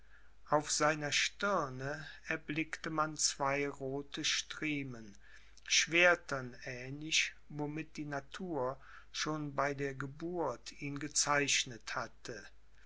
auf seiner stirne erblickte man zwei rothe striemen schwertern ähnlich womit die natur schon bei der geburt ihn gezeichnet hatte